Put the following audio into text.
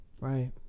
Right